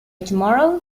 tomorrow